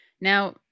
Now